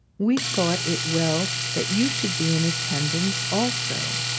we thought it well that you should be in attendance also.